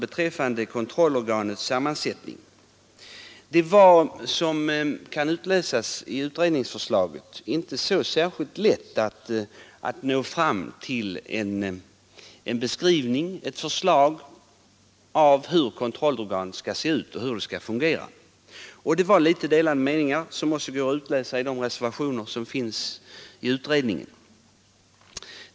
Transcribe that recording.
Beträffande kontrollorganets sammansättning vill jag nämna att det inte var så lätt att utläsa hur detta skulle se ut och hur det skulle fungera. Att det fanns delade meningar framgår av de reservationer som avgavs till utredningsbetänkandet.